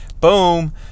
boom